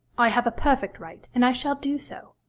i have a perfect right, and i shall do so.